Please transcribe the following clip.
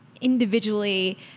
individually